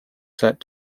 set